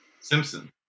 Simpson